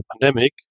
pandemic